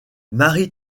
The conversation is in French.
marie